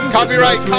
Copyright